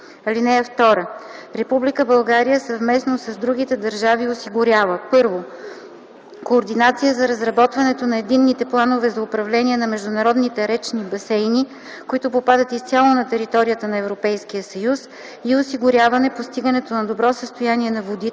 т. 4. (2) Република България съвместно с другите държави осигурява: 1. координация за разработването на единните планове за управление на международните речни басейни, които попадат изцяло на територията на Европейския съюз, и осигуряване постигането на добро състояние на водите